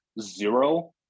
zero